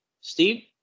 Steve